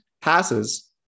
passes